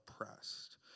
oppressed